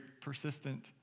persistent